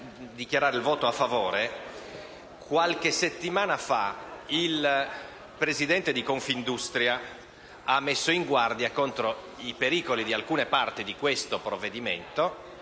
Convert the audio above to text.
Qualche settimana fa, il Presidente di Confindustria ha messo in guardia contro i pericoli insiti in alcune parti del provvedimento